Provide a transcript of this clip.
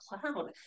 cloud